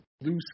loose